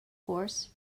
horse